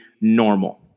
normal